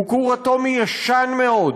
למשל, הוא כור אטומי ישן מאוד,